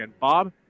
Bob